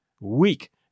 weak